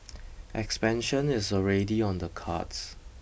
expansion is already on the cards